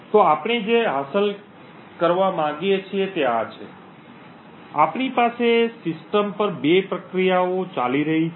તો આપણે જે હાંસલ કરવા માગીએ છીએ તે આ છે આપણી પાસે સિસ્ટમ પર 2 પ્રક્રિયાઓ ચાલી રહી છે